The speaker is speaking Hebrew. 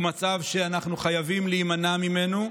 הוא מצב שאנחנו חייבים להימנע ממנו.